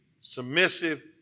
submissive